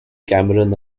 cameron